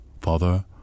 father